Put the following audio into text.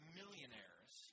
millionaires